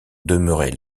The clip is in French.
demeurait